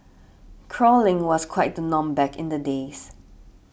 crawling was quite the norm back in the days